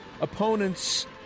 opponents